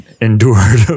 endured